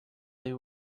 they